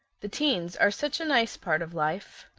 the teens are such a nice part of life.